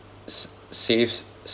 s~ save